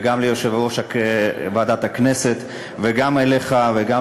וגם ליושב-ראש ועדת הכנסת וגם אליך וגם